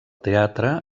teatre